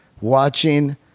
Watching